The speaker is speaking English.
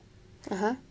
(uh huh)